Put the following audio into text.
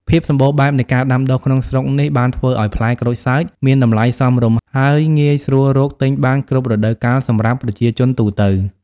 ភាពសម្បូរបែបនៃការដាំដុះក្នុងស្រុកនេះ បានធ្វើឱ្យផ្លែក្រូចសើចមានតម្លៃសមរម្យ ហើយងាយស្រួលរកទិញបានគ្រប់រដូវកាលសម្រាប់ប្រជាជនទូទៅ។